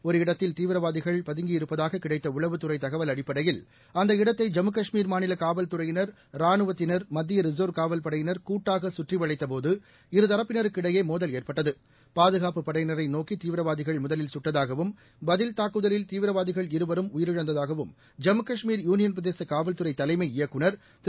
ஒரு இடத்தில் தீவிரவாதிகள் பதுங்கியிருப்பதாககிடைத்தஉளவுத்துறைதகவல் அடிப்படையில் அந்த இடத்தை ஜம்முகாஷ்மீர் மாநிலகாவல்துறையினர் ராணுவத்தினர் மத்தியரிசர்வ் காவல்படையினர் கூட்டாகசுற்றிவளைத்தபோது இருதரப்பினருக்கிடையேமோதல் ஏற்பட்டது பாதுகாப்புப் படையினரைநோக்கிதீவிரவாதிகள் முதலில் சுட்டதாகவும் பதில் தாக்குதலில் தீவிரவாதிகள் இருவரும் உயிரிழந்ததாகவும் ஜம்முகாஷ்மீர் யூனியன் பிரதேசகாவல்துறைதலைமை இயக்குநர் திரு